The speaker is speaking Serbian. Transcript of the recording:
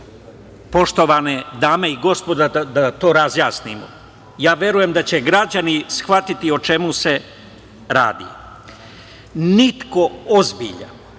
poštovane dame i gospodo, da to razjasnimo. Verujem da će građani shvatiti o čemu se radi. Niko ozbiljan